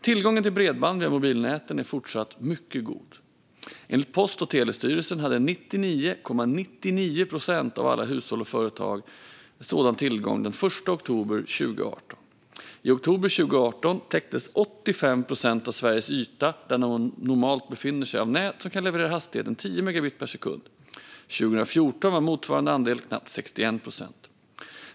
Tillgången till bredband via mobilnäten är fortsatt mycket god. Enligt Post och telestyrelsen hade 99,99 procent av alla hushåll och företag sådan tillgång den 1 oktober 2018. I oktober 2018 täcktes 85 procent av Sveriges yta "där man normalt befinner sig" av nät som kan leverera hastigheten 10 megabit per sekund. År 2014 var motsvarande andel knappt 61 procent.